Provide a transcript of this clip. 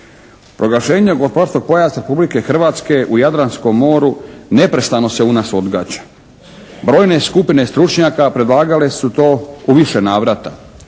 Proglašenje gospodarskog pojasa Republike Hrvatske u Jadranskom moru neprestano se u nas odgađa. Brojne skupine stručnjaka predlagale su to u više navrata.